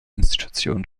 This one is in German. institutionen